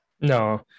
no